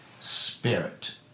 spirit